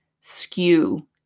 skew